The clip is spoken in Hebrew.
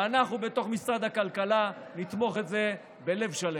ואנחנו בתוך משרד הכלכלה נתמוך בזה בלב שלם.